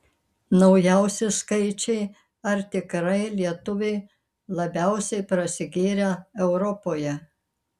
naujausi skaičiai ar tikrai lietuviai labiausiai prasigėrę europoje